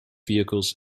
vehicles